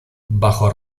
bajo